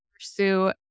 pursue